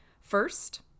First